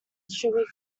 sugar